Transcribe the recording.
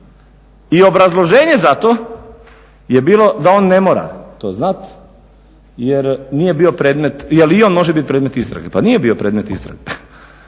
I obrazloženje za to je bilo da on ne mora to znat jer i on može biti predmet istrage. Pa nije bio predmet istrage.